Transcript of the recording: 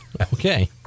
Okay